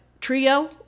trio